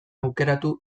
aukeratu